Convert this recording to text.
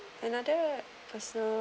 another personal